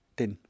den